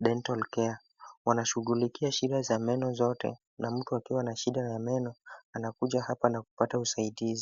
Dental Care. Wanashughulikia shida za meno zote na mtu akiwa na shida ya meno anakuja hapa na kupata usaidizi.